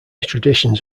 traditions